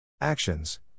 Actions